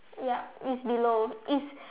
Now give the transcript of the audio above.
ya it's below it's